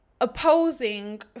opposing